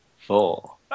Four